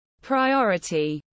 priority